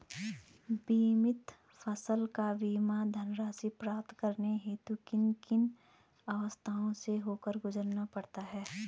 बीमित फसल का बीमा धनराशि प्राप्त करने हेतु किन किन अवस्थाओं से होकर गुजरना पड़ता है?